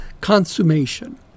consummation